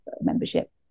membership